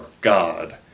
God